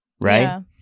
Right